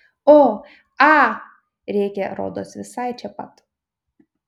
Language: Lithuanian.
o a rėkė rodos visai čia pat